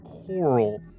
coral